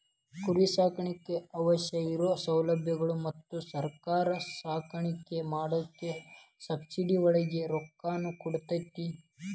ಕುರಿ ಸಾಕಾಣಿಕೆಗೆ ಅವಶ್ಯ ಇರು ಸೌಲಬ್ಯಗಳು ಮತ್ತ ಸರ್ಕಾರಾ ಸಾಕಾಣಿಕೆ ಮಾಡಾಕ ಸಬ್ಸಿಡಿ ಒಳಗ ರೊಕ್ಕಾನು ಕೊಡತತಿ